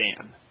Dan